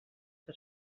que